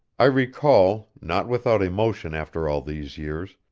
i recall, not without emotion after all these years,